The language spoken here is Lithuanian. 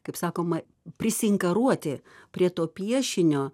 kaip sakoma prisiinkaruoti prie to piešinio